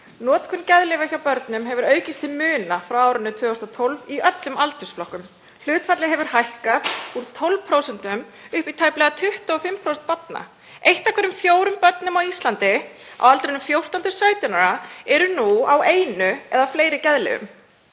Notkun geðlyfja hjá börnum hefur aukist til muna frá árinu 2012 í öllum aldursflokkum. Hlutfallið hefur hækkað úr 12% upp í tæplega 25% barna. Eitt af hverjum fjórum börnum á Íslandi á aldrinum 14–17 ára er nú á einu eða fleiri geðlyfjum.